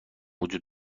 وجود